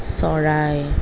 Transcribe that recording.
চৰাই